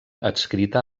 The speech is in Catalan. adscrita